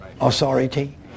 authority